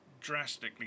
drastically